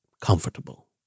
comfortable